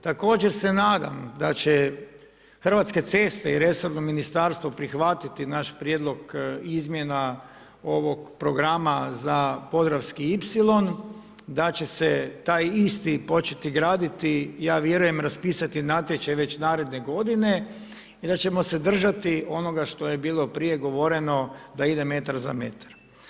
Također se nadam da će Hrvatske ceste i resorno ministarstvo prihvatiti naš prijedlog izmjena ovog programa za podravski ipsilon, da će se taj isti početi graditi, ja vjerujem raspisati natječaj već naredne godine i da ćemo se držati onoga što je bilo prije govoreno da ide metar za metar.